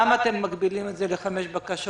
למה אתם מגבילים את זה לחמש בקשות?